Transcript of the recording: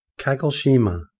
Kagoshima